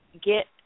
get